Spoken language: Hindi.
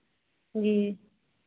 जी